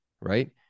right